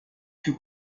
fut